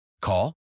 Call